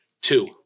Two